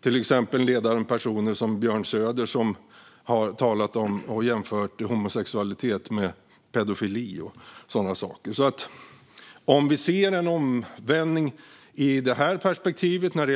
Till exempel har ledande personer som Björn Söder jämfört homosexualitet med pedofili. Om vi ser en omvändning hos Sverigedemokraterna i det här perspektivet är det